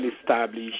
established